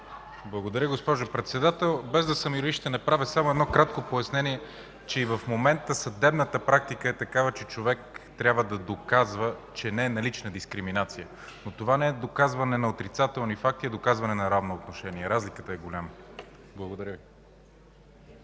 Благодаря, госпожо Председател. Без да съм юрист, ще направя само едно кратко пояснение – и в момента съдебната практика е такава, че човек трябва да доказва, че не е налична дискриминация, но това не е доказване на отрицателни факти, а доказване на равно отношение, разликата е голяма. Благодаря Ви.